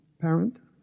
parent